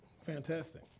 Fantastic